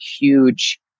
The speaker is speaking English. huge